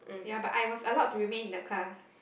ya but I was allowed to remain in the class